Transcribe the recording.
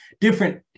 Different